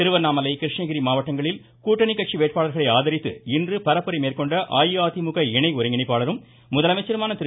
திருவண்ணாமலை கிருஷ்ணகிரி மாவட்டங்களில் கூட்டணி கட்சி வேட்பாளர்களை மேற்கொண்ட ஆதரித்து இன்று பரப்புரை அஇஅதிமுக இணை ஒருங்கிணைப்பாளரும் முதலமைச்சருமான திரு